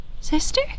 Sister